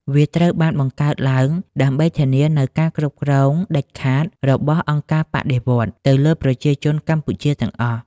វាត្រូវបានបង្កើតឡើងដើម្បីធានានូវការគ្រប់គ្រងដាច់ខាតរបស់អង្គការបដិវត្តន៍ ទៅលើប្រជាជនកម្ពុជាទាំងអស់។